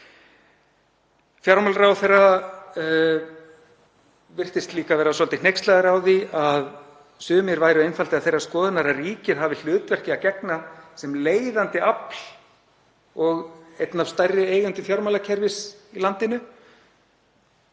Fjármálaráðherra virtist líka vera svolítið hneykslaður á því að sumir væru einfaldlega þeirrar skoðunar að ríkið hefði hlutverki að gegna sem leiðandi afl og einn af stærri eigendum fjármálakerfis í landinu.